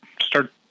start